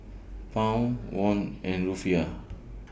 Pound Won and Rufiyaa